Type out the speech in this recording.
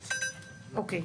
אוקיי.